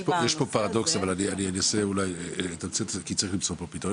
בנושא הזה- -- יש פה פרדוקס אבל אני אנסה כי צריך למצוא פה פתרון.